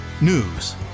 news